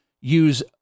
use